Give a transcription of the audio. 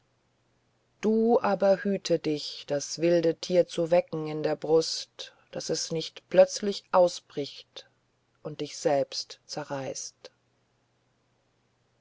du aber hüte dich das wilde tier zu wecken in der brust daß es nicht plötzlich ausbricht und dich selbst zerreißt